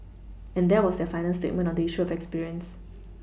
and that was their final statement on the issue of experience